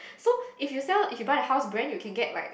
so if you sell you buy the house brands you can get like